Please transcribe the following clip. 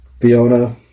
Fiona